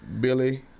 Billy